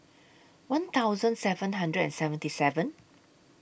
one thousand seven hundred and seventy seven